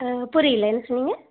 ஆ புரியல என்ன சொன்னீங்க